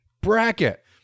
Bracket